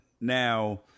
Now